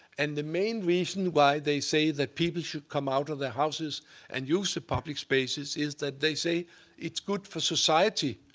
and the main reason why they say that people should come out of their houses and use the public spaces is that they say it's good for society.